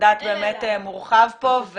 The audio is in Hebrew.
מנדט מורחב פה.